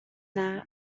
that